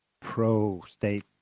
pro-state